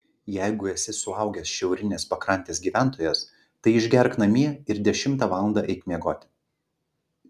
jeigu esi suaugęs šiaurinės pakrantės gyventojas tai išgerk namie ir dešimtą valandą eik miegoti